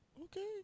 Okay